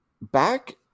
back